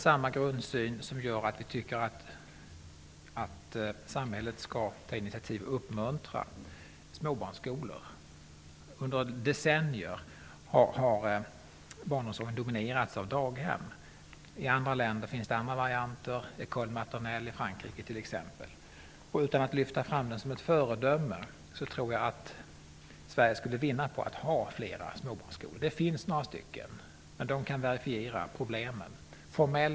Samma grundsyn gör att vi tycker att samhället skall ta initiativ till och uppmuntra småbarnsskolor. Under decennier har barnomsorgen dominerats av daghem. I andra länder finns det andra varianter -- t.ex. école maternelle i Frankrike. Utan att lyfta fram den som ett föredöme tror jag att Sverige skulle vinna på att ha fler småbarnsskolor. Det finns några stycken, men där kan man verifiera att det finns problem.